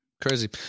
crazy